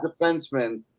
defenseman